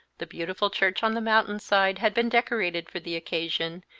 the beautiful church on the mountain-side had been decorated for the occasion,